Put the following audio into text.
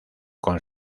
con